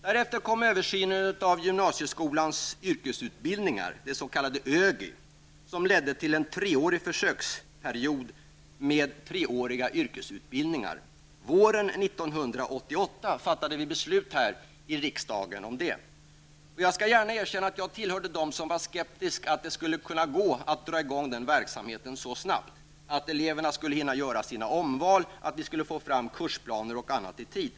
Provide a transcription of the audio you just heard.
Därefter kom översynen av gymnasieskolans yrkesutbildningar, ÖGY, som ledde till en treårig försöksperiod med treåriga yrkesutbildningar. Våren 1988 fattade riksdagen beslut i det sammanhanget Jag skall gärna erkänna att jag var en av dem som var skeptisk till möjligheterna att få i gång den verksamheten så snabbt att eleverna skulle hinna göra sina omval och att vi skulle kunna få fram kursplaner och annat i tid.